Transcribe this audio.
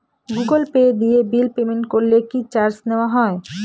Google Pay দিয়ে bill payment করলে কি চার্জ নেওয়া হয়?